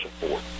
support